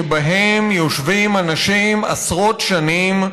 שבהן יושבים אנשים עשרות שנים.